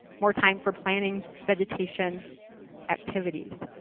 more time for planning vegetation activities.